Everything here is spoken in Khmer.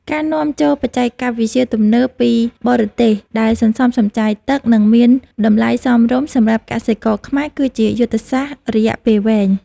ការនាំចូលបច្ចេកវិទ្យាទំនើបពីបរទេសដែលសន្សំសំចៃទឹក និងមានតម្លៃសមរម្យសម្រាប់កសិករខ្មែរគឺជាយុទ្ធសាស្ត្ររយៈពេលវែង។